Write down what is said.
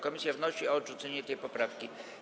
Komisja wnosi o odrzucenie tej poprawki.